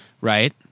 right